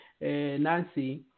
Nancy